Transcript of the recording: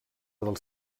dels